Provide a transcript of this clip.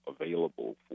available